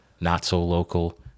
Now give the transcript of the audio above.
not-so-local